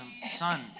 son